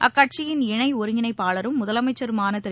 அக்கட்சியின் இணை ஒருங்கிணைப்பாளரும் முதலமைச்சருமான திரு